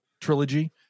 trilogy